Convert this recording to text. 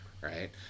right